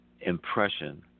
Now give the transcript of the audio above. impression